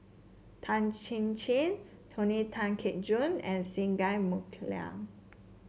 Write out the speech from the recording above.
Tan Chin Chin Tony Tan Keng Joo and Singai Mukilan